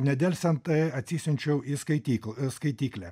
nedelsiant atsisiunčiau į skaityklą skaityklę